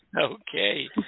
Okay